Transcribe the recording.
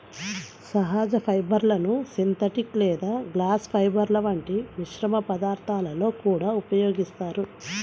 సహజ ఫైబర్లను సింథటిక్ లేదా గ్లాస్ ఫైబర్ల వంటి మిశ్రమ పదార్థాలలో కూడా ఉపయోగిస్తారు